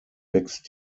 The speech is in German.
wächst